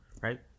right